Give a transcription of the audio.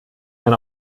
mein